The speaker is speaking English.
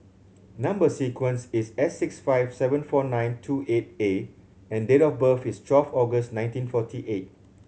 number sequence is S six five seven four nine two eight A and date of birth is twelve August nineteen forty eight